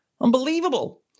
Unbelievable